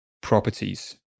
properties